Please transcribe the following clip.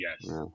yes